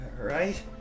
Right